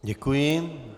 Děkuji.